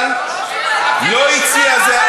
אבל לא הציעה,